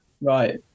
Right